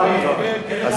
מה עם המשקפת, אדוני?